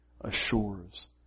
assures